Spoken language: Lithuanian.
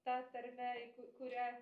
ta tarme į ku kurią